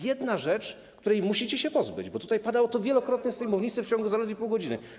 Jedna rzecz, której musicie się pozbyć, bo tutaj padało to wielokrotnie z tej mównicy w ciągu zaledwie pół godziny.